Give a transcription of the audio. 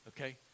okay